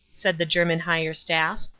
said the german higher staff.